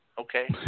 Okay